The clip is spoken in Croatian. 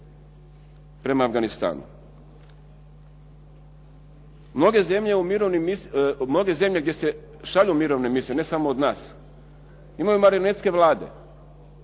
prema Afganistanu. Mnoge zemlje gdje se šalju mirovne misije, ne samo od nas, imaju marionetske vlade.